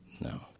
No